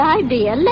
idea